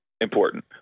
important